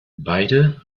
beide